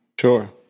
Sure